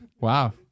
Wow